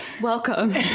welcome